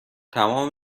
تموم